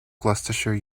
gloucestershire